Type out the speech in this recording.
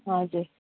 हजुर